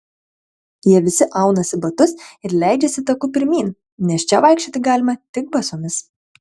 jie visi aunasi batus ir leidžiasi taku pirmyn nes čia vaikščioti galima tik basomis